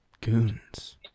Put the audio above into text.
goons